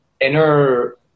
inner